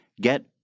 get